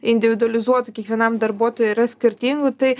individualizuotų kiekvienam darbuotojui yra skirtingų tai